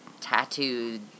tattooed